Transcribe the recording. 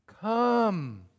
come